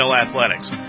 Athletics